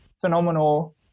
phenomenal